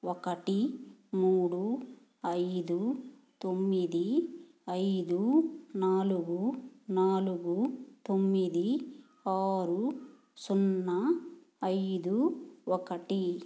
ఒకటి మూడు ఐదు తొమ్మిది ఐదు నాలుగు నాలుగు తొమ్మిది ఆరు సున్నా ఐదు ఒకటి